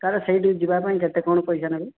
sir ସେଇଠି ଯିବା ପାଇଁ କେତେ କ'ଣ ପଇସା ନେବେ